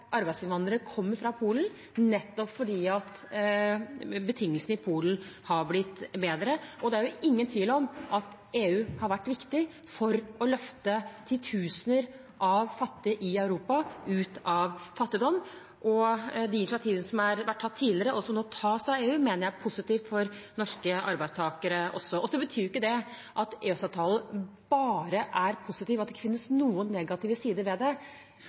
arbeidsinnvandrere kommer fra Polen, nettopp fordi betingelsene i Polen har blitt bedre. Det er ingen tvil om at EU har vært viktig for å løfte titusener av fattige i Europa ut av fattigdom. De initiativene som har vært tatt tidligere, og som nå tas av EU, mener jeg er positive for norske arbeidstakere også. Dette betyr ikke at EØS-avtalen bare er positiv, og at det ikke finnes noen negative sider ved